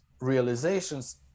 realizations